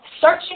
Searching